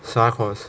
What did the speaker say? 啥 course